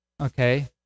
okay